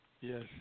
yes